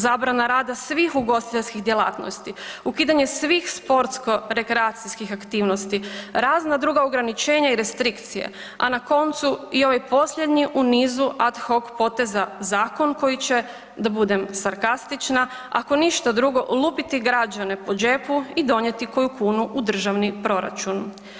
Zabrana rada svih ugostiteljskih djelatnosti, ukidanje svih sportsko-rekreacijskih aktivnosti, razna druga ograničenja i restrikcije, a na koncu i ovaj posljednji u nizu ad hoc poteza zakon koji će da budem sarkastična ako ništa drugo lupiti građane po džepu i donijeti koju kunu u državni proračun.